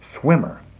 swimmer